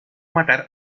matar